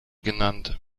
genannt